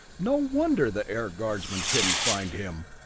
no wonder the air guardsmen couldn't find him!